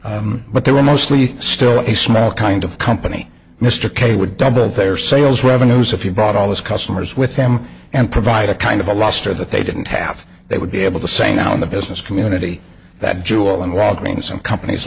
salespeople but they were mostly still a small kind of company mr k would double their sales revenues if you brought all this customers with them and provide a kind of a lobster that they didn't have they would be able to say now in the business community that jewel and walgreens and companies